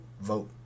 vote